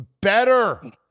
better